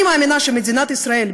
אני מאמינה שמדינת ישראל,